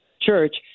church